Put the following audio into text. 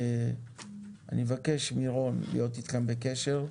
אני מבקש מרון להיות איתכם בקשר.